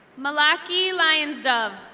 malacki lionsdub.